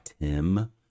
Tim